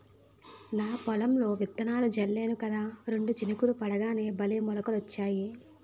నా పొలంలో విత్తనాలు జల్లేను కదా రెండు చినుకులు పడగానే భలే మొలకలొచ్చాయి